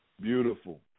Beautiful